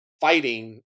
fighting